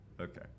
Okay